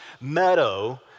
meadow